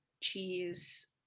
cheese